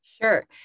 Sure